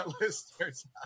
listeners